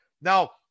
Now